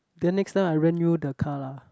then next time I rent you the car lah